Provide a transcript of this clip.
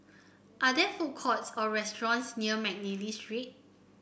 are there food courts or restaurants near McNally Street